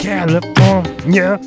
California